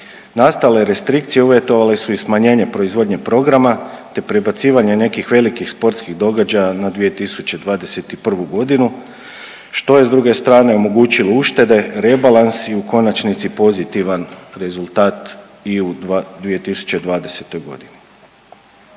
nastale restrikcije uvjetovale su i smanjenje proizvodnje programa te prebacivanje nekih velikih sportskih događaja na 2021. g., što je s druge strane omogućilo uštede, rebalans i u konačnici, pozitivan rezultat i u 2020. g.